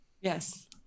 Yes